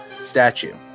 statue